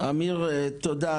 אמיר, תודה.